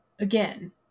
again